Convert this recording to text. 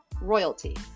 royalty